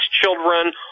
children